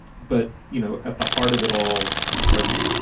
but, you know, at the heart of it all are these.